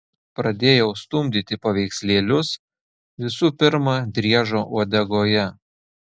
pradėjau stumdyti paveikslėlius visų pirma driežo uodegoje